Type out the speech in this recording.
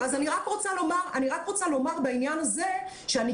ולכן